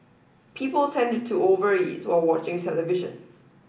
people tend to over eat while watching television